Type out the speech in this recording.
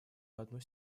одну